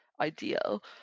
ideal